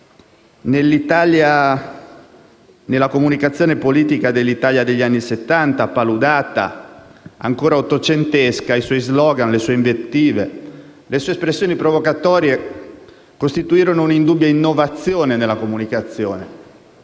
Nella comunicazione politica dell'Italia degli anni Settanta, paludata e ancora ottocentesca, i suoi *slogan,* le sue invettive e le sue espressioni provocatorie costituirono un'indubbia innovazione nella comunicazione.